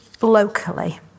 locally